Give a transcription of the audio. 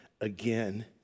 again